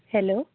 hello